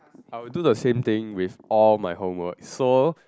I will do the same thing with all my homework so